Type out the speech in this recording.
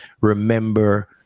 remember